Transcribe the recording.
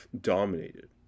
dominated